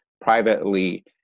privately